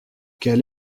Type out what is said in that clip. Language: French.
quel